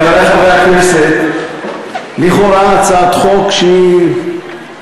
חברי חברי הכנסת, לכאורה הצעת חוק שהיא